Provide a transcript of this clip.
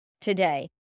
today